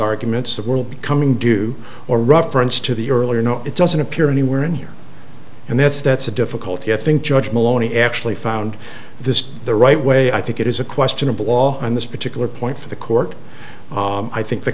arguments of world becoming do or reference to the earlier no it doesn't appear anywhere in here and that's that's the difficulty i think judge maloney actually found this the right way i think it is a questionable law on this particular point for the court i think the